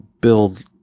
build